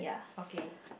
okay